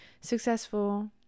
successful